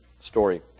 story